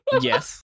Yes